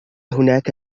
هناك